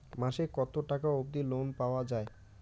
মাসে কত টাকা অবধি লোন পাওয়া য়ায়?